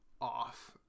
off